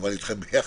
כמובן איתכם ביחד,